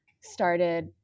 started –